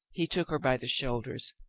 he took her by the shoulders.